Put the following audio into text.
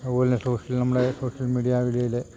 അതുപോലെ തന്നെ സോഷ്യൽ നമ്മുടെ സോഷ്യൽ മീഡിയായിലെ